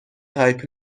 تایپ